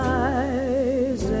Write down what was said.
eyes